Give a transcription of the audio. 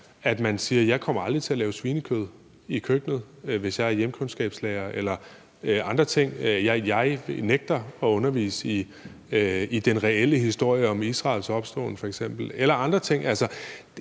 at nogen siger: Jeg kommer aldrig til at lave noget med svinekød i køkkenet, hvis jeg er hjemkundskabslærer. Man siger f.eks. også: Jeg nægter at undervise i den reelle historie om Israels opståen. Og der er andre ting.